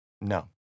No